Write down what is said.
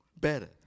better